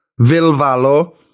Vilvalo